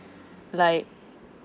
like